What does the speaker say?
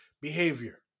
behavior